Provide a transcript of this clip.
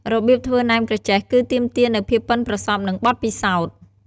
របៀបធ្វើណែមក្រចេះ គឺទាមទារនូវភាពប៉ិនប្រសប់ និងបទពិសោធន៍។